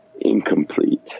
incomplete